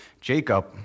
Jacob